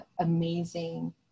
amazing